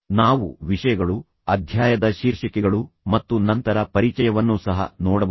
ನಾವು ವಿಷಯಗಳು ಅಧ್ಯಾಯದ ಶೀರ್ಷಿಕೆಗಳು ಮತ್ತು ನಂತರ ಪರಿಚಯವನ್ನು ಸಹ ನೋಡಬಹುದು